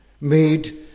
made